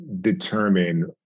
determine